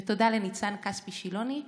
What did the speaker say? ותודה לניצן כספי שילוני,